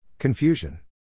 Confusion